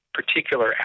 particular